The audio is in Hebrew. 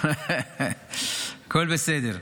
הכול בסדר.